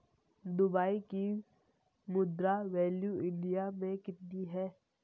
Dubai की मुद्रा value India मे कितनी है?